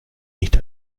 nicht